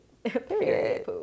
period